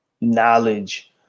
knowledge